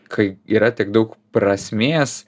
kai yra tiek daug prasmės